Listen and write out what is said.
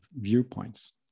viewpoints